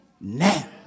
Now